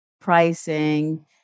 pricing